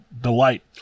delight